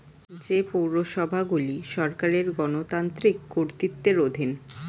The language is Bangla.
যে পৌরসভাগুলি সরকারের গণতান্ত্রিক কর্তৃত্বের অধীন